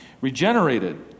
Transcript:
regenerated